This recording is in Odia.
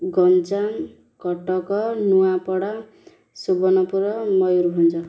ଗଞ୍ଜାମ କଟକ ନୂଆପଡ଼ା ସୁବର୍ଣ୍ଣପୁର ମୟୂରଭଞ୍ଜ